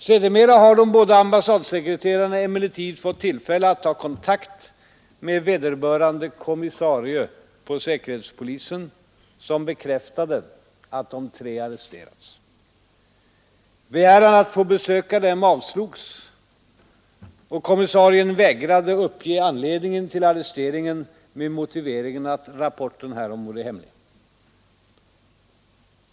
Sedermera har de båda ambassadsekreterarna emellertid fått tillfälle att ta kontakt med vederbörande kommissarie vid säkerhetspolisen, vilken bekräftade att de tre arresterats. Begäran att få besöka dem avslogs, och kommissarien vägrade uppge anledningen till arresteringen med motiveringen att rapporten härom vore hemlig.